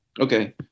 Okay